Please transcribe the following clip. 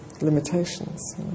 limitations